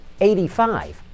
85